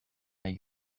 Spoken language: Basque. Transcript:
nahi